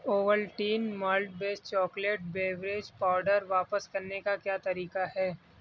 Ovaltine malt based chocolate beverage powder واپس کرنے کا کیا طریقہ ہے